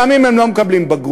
גם אם הם לא מקבלים בגרות.